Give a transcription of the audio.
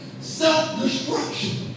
Self-destruction